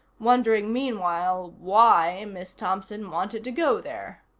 wondering meanwhile why miss thompson wanted to go there.